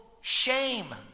shame